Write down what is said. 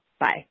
Bye